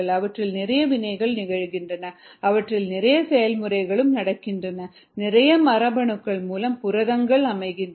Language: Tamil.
அவற்றில் நிறைய வினைகள் நிகழ்கின்றன அவற்றில் நிறைய செயல்முறைகள் நடக்கின்றன நிறைய மரபணுக்கள் மூலம் புரதங்கள் அமைகின்றன